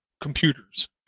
computers